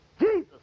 Jesus